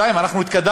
שנית, אנחנו התקדמנו.